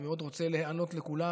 ומאוד רוצה להיענות לכולם,